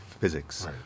physics